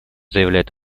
заявляет